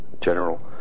general